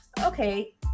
Okay